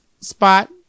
spot